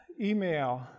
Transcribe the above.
Email